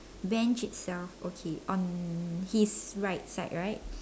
bench itself okay on his right side right